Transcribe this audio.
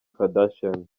kardashian